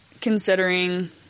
considering